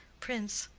prince.